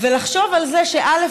ולחשוב על זה: א.